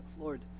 Lord